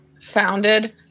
founded